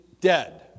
dead